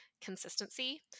consistency